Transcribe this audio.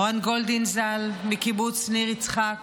אורן גולדין, ז"ל, מקיבוץ ניר יצחק,